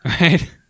Right